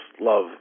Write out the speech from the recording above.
love